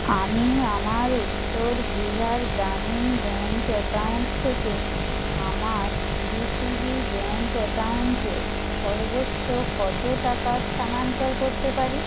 আমি আমার Uttar Bihar Gramin bank account থেকে আমার ডি সি বি ব্যাঙ্ক অ্যাকাউন্টে সর্বোচ্চ কত টাকা স্থানান্তর করতে পারি